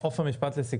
עופר, בבקשה.